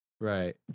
Right